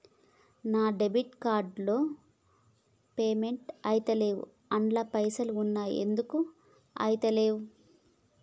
నా debit card తో payment ఐతలేవ్ అండ్ల పైసల్ ఉన్నయి ఎందుకు ఐతలేవ్?